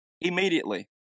immediately